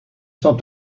sont